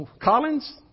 Collins